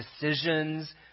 decisions